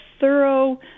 thorough